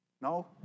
No